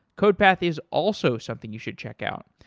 codepath is also something you should check out.